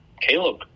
Caleb